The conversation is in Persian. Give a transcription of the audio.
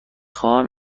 خواهم